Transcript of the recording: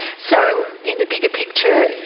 so in the bigger picture,